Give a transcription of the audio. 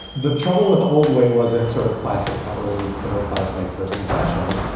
the trouble with the old way was in sort of classic upper middle class white person fashion.